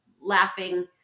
laughing